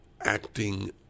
acting